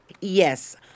Yes